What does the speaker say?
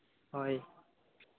ᱦᱳᱭ